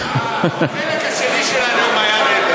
החלק השני של הנאום היה נהדר,